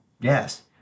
Yes